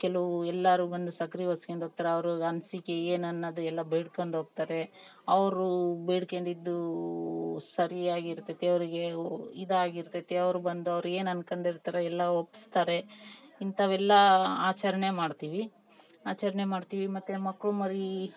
ಕೆಲವು ಎಲ್ಲಾರು ಬಂದು ಸಕ್ಕರೆ ಒರ್ಸ್ಕಂದು ಹೋಗ್ತರೆ ಅವರು ಆವ್ರಿಗೆ ಅನ್ಸಿಕೆ ಏನು ಅನ್ನೋದು ಎಲ್ಲ ಬೇಡ್ಕಂಡು ಹೋಗ್ತಾರೆ ಅವರು ಬೇಡ್ಕೊಂಡಿದ್ದೂ ಸರಿಯಾಗಿ ಇರ್ತೈತಿ ಅವರಿಗೆ ಓ ಇದಾಗಿರ್ತೈತಿ ಅವ್ರು ಬಂದು ಅವ್ರೇನ್ ಅನ್ಕಂಡಿರ್ತರೋ ಎಲ್ಲ ಒಪ್ಪಿಸ್ತಾರೆ ಇಂಥವೆಲ್ಲ ಆಚರಣೆ ಮಾಡ್ತೀವಿ ಆಚರಣೆ ಮಾಡ್ತೀವಿ ಮತ್ತು ಮಕ್ಕಳು ಮರಿ